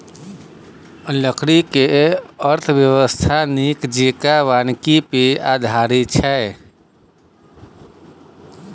लकड़ीक अर्थव्यवस्था नीक जेंका वानिकी पर आधारित छै